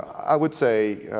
i would say